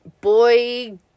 Boy